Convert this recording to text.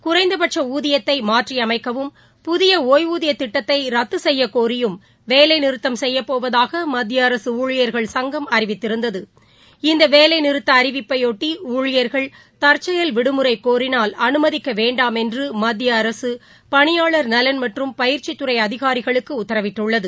குறைந்தபட்ச்ஊதியத்தைமாற்றியமைக்கவும் புதிய ஒய்வூதியத் திட்டத்தைரத்துசெய்யவும் கோரியும் வேலைநிறுத்தம் செய்யப்போவதாகமத்திய அரசுஊழியர்கள் சங்கம் அறிவித்திருந்தது இந்தவேலைநிறத்த அறிவிப்பையொட்டிஊழியர்கள் தற்செயல் விடுமுறைகோரினால் அனுமதிக்கவேண்டாம் என்றுமத்திய அரசின் பணியாளா் நலன் மற்றும் பயிற்சித்துறை அதிகாரிகளுக்குஉத்தரவிட்டுள்ளது